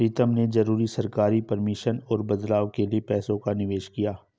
प्रीतम ने जरूरी सरकारी परमिशन और बदलाव के लिए पैसों का निवेश किया